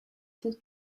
this